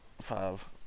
Five